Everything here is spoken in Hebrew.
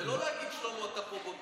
נכון.